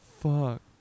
fuck